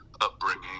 upbringing